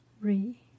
Re